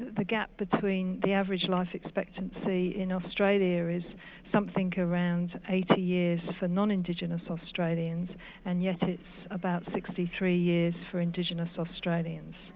the gap between the average life expectancy in australia is something around eighty years for non indigenous australians and yet it's about sixty three years for indigenous australians.